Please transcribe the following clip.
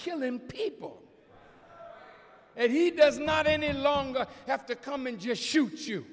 killing people and he does not any longer have to come and just shoot y